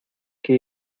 que